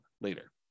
later